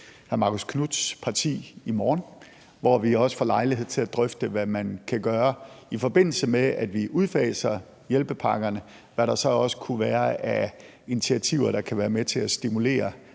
hr. Marcus Knuths parti i morgen, hvor vi også får lejlighed til at drøfte, hvad man kan gøre, i forbindelse med at vi udfaser hjælpepakkerne, og hvad der så også kunne være af initiativer, der kan være med til at stimulere